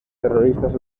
terroristas